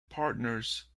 partners